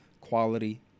quality